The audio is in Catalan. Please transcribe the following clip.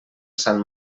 sant